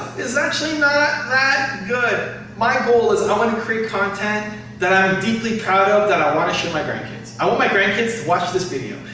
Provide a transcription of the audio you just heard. actually not that good. my goal is i want to create content that i'm deeply proud of, that i want to show my grandkids. i want my grandkids to watch this video.